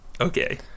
Okay